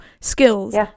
skills